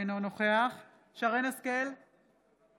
אינו נוכח שרן מרים השכל,